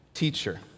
Teacher